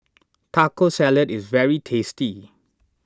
Taco Salad is very tasty